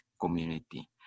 community